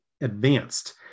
advanced